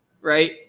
Right